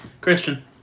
Christian